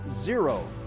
zero